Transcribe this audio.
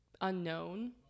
unknown